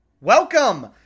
Welcome